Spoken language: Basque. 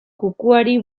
kukuari